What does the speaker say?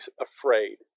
afraid